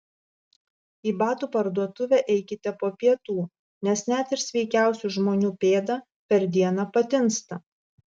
į batų parduotuvę eikite po pietų nes net ir sveikiausių žmonių pėda per dieną patinsta